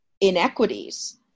inequities